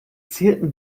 zirpen